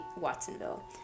Watsonville